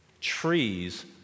trees